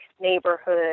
neighborhood